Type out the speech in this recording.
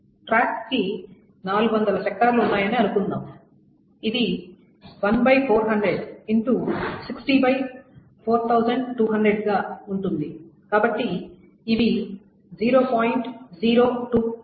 ట్రాక్కి 400 సెక్టార్లు ఉన్నాయని అనుకుందాం ఇది 1400 X 604200 గా ఉంటుంది కాబట్టి ఇవి 0